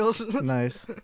Nice